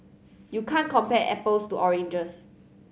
you can't compare apples to oranges